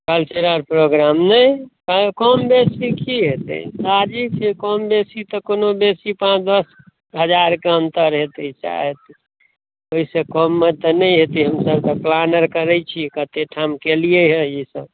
cultural programme नहि कम बेसी की हेतै काजे छियै कम बेसी तऽ कोनो बेसी पाँच दश हजारके अन्तर हेतै सएह हेतै ओहि से कममे तऽ नहि हेतै हम सब तऽ प्लानर करै छी कत्ते कत्ते ठाम केलिए हइ इसब